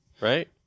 right